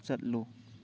ꯆꯠꯂꯨ